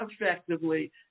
effectively